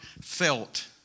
felt